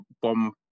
bomb